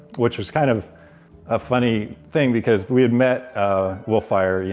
which was kind of a funny thing because we had met ah wolfire, you